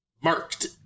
marked